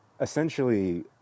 essentially